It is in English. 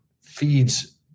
feeds